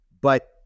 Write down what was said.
But-